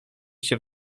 się